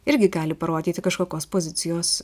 irgi gali parodyti kažkokios pozicijos